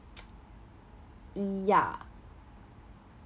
yeah